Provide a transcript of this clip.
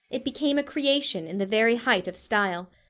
it became a creation, in the very height of style.